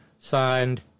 signed